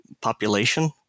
population